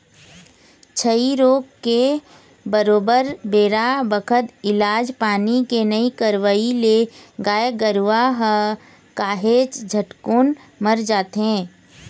छई रोग के बरोबर बेरा बखत इलाज पानी के नइ करवई ले गाय गरुवा ह काहेच झटकुन मर जाथे